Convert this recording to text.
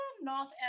North